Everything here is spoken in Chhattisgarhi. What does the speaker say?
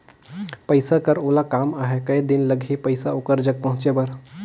पइसा कर ओला काम आहे कये दिन लगही पइसा ओकर जग पहुंचे बर?